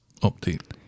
update